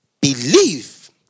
Believe